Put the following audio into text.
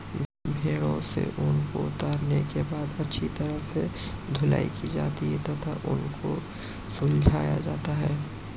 भेड़ों से ऊन को उतारने के बाद अच्छी तरह से धुलाई की जाती है तथा ऊन को सुलझाया जाता है